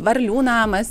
varlių namas